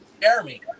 Jeremy